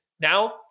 Now